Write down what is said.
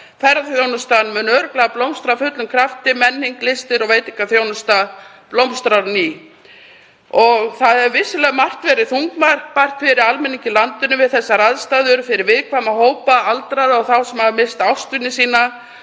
Ferðaþjónustan mun örugglega blómstra af fullum krafti. Menning, listir og veitingaþjónusta munu blómstra á ný. Það hefur vissulega margt verið þungbært fyrir almenning í landinu við þessar aðstæður, fyrir viðkvæma hópa, aldraða og þá sem hafa misst ástvini sína.